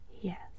Yes